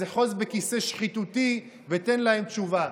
אז "אחוז בכיסא שחיתותי" ותן להם תשובה.